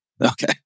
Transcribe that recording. okay